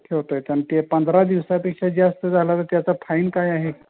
ठेवता येतं आणि ते पंधरा दिवसांपेक्षा जास्त झाला तर त्याचा फाईन काय आहे